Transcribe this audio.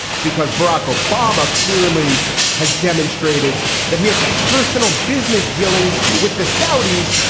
because barack obama clearly has demonstrated that he has personal business dealings with the saudis,